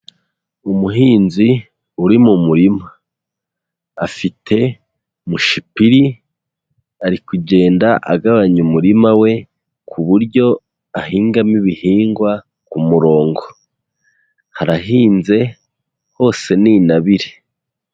Umuhinzi uri mu murima afite mushipiri ari kugenda agabanya umurima we ku buryo ahingamo ibihingwa ku murongo, harahinze hose ni intabire.